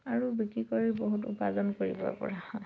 আৰু বিক্ৰী কৰি বহুত উপাৰ্জন কৰিবপৰা হয়